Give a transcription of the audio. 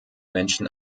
menschen